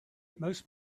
most